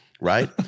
right